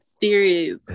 series